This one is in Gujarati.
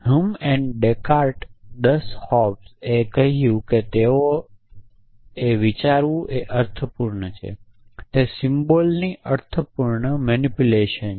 હ્યુમ અને ડેકાર્ટે 10 હોબ્સ એ કહ્યું કે તેઓએ કહ્યું કે વિચારવું અર્થપૂર્ણ છે તે સિમ્બોલ ની અર્થપૂર્ણ મેનીપુલેશન છે